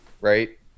Right